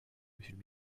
monsieur